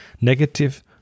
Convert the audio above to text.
negative